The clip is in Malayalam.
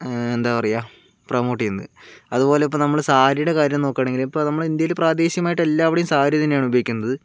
എന്താണ് പറയുക പ്രമോട്ട് ചെയ്യുന്നത് അതുപോലിപ്പോൾ നമ്മൾ സാരിയുടെ കാര്യം നോക്കുകയാണെങ്കിൽ ഇപ്പോൾ നമ്മൾ ഇന്ത്യയിൽ പ്രാദേശികമായിട്ട് എല്ലാവിടെയും സാരി തന്നെയാണ് ഉപയോഗിക്കുന്നത്